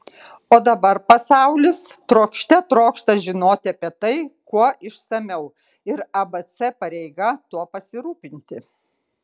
o dabar pasaulis trokšte trokšta žinoti apie tai kuo išsamiau ir abc pareiga tuo pasirūpinti